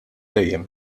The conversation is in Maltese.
dejjem